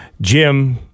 Jim